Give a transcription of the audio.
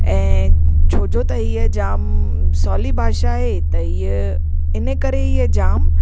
ऐं छो जो त हीअ ॼाम सवली भाषा आहे त हीअ हिन करे इहे जाम